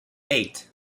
eight